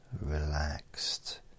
relaxed